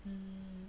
mm